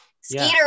Skeeter